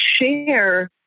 share